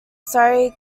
surry